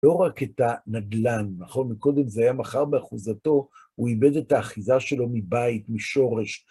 לא רק את הנדל"ן, נכון? מקודם זה היה מכר באחוזתו, הוא איבד את האחיזה שלו מבית, משורש.